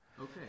Okay